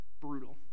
Brutal